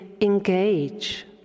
engage